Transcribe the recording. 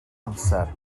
amser